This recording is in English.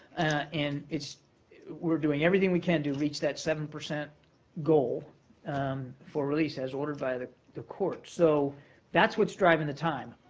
and it's we're doing everything we can to reach that seven percent goal for release, as ordered by the the court. so that's what's driving the time.